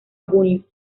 junio